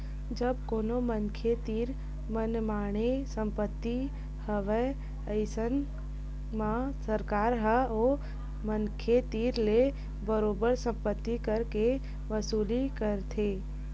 जब कोनो मनखे तीर मनमाड़े संपत्ति हवय अइसन म सरकार ह ओ मनखे तीर ले बरोबर संपत्ति कर के वसूली करथे